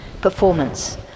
Performance